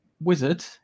wizard